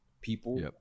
People